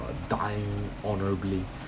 dying honourably